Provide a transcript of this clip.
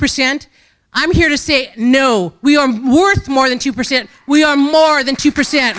percent i'm here to say no we are more than two percent we are more than two percent